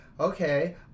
Okay